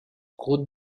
route